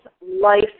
life